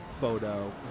photo